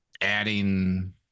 adding